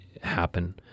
happen